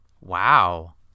Wow